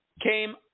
came